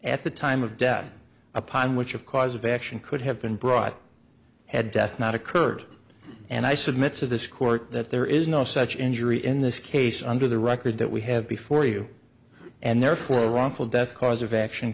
at the time of death upon which of cause of action could have been brought had death not occurred and i submit to this court that there is no such injury in this case under the record that we have before you and therefore wrongful death cause of action